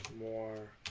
more